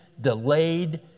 delayed